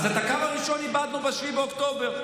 אז את הקו הראשון איבדנו ב-7 באוקטובר.